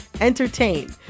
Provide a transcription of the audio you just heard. entertain